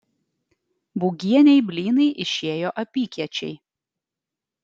būgienei blynai išėjo apykiečiai